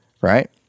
right